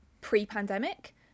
pre-pandemic